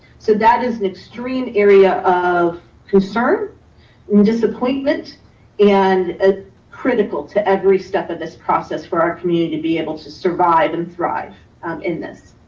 so that is an extreme area of concern and disappointment and ah critical to every step of this process for our community to be able to survive and survive um in this.